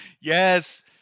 Yes